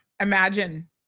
Imagine